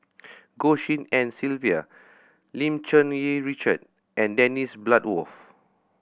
Goh Tshin En Sylvia Lim Cherng Yih Richard and Dennis Bloodworth